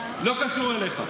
לא קשור אליך.